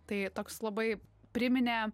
tai toks labai priminė